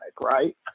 right